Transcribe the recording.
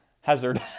Hazard